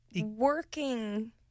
working